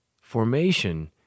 Formation